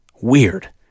Weird